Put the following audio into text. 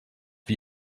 wie